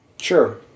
Sure